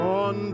on